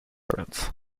parents